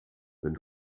wenn